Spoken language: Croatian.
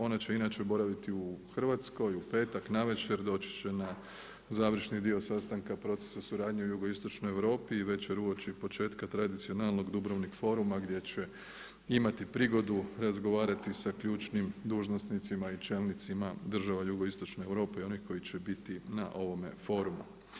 Ona će inače boraviti u Hrvatskoj, u petak navečer, doći će na završni dio sastanka procesa suradnje u jugoistočnoj Europi i večer uoči početka tradicionalnog Dubrovnik foruma gdje će imati prigodu razgovarati sa ključnim dužnosnicima i čelnicima država jugoistočne Europe i onih koji će biti na ovome forumu.